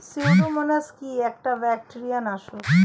Pseudomonas কি একটা bacteria নাশক?